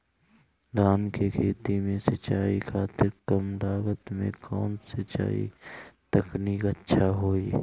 धान के खेती में सिंचाई खातिर कम लागत में कउन सिंचाई तकनीक अच्छा होई?